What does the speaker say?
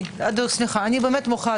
אני מוחה,